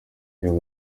iyo